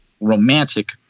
romantic